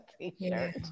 T-shirt